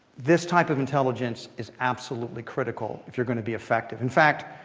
this type of intelligence is absolutely critical if you're going to be effective. in fact,